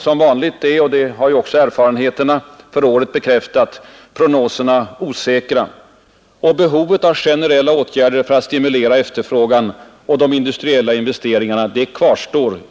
Som vanligt är — vilket erfarenheterna från året bekräftar — prognoserna osäkra. Och behovet av generella åtgärder för att stimulera efterfrågan och de industriella investeringarna kvarstår.